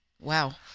Wow